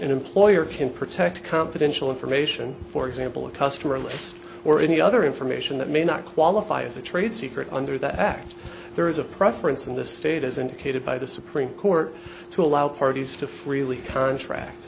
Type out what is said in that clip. an employer can protect confidential information for example a customer list or any other information that may not qualify as a trade secret under that act there is a preference in the state as indicated by the supreme court to allow parties to freely contract